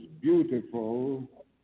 beautiful